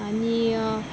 आनी